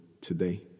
today